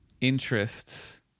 interests